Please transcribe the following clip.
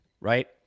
Right